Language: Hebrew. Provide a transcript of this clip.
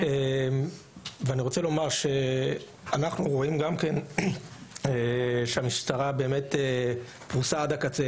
אנחנו רואים שהמשטרה פרוסה עד הקצה